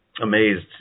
amazed